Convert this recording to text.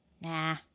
Nah